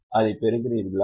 அதைப் பெறுகிறீர்களா